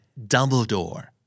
Dumbledore